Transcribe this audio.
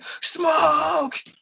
smoke